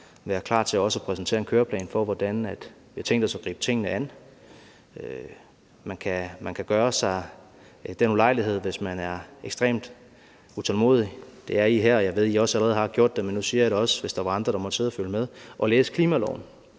være klar til også at præsentere en køreplan for, hvordan vi har tænkt os at gribe tingene an. Hvis man er ekstremt utålmodig, kan man gøre sig den ulejlighed – det er I her, og jeg ved, I også allerede har gjort det, men nu siger jeg det også, hvis der var andre, der måtte sidde og følge med – at læse klimaloven,